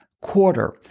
quarter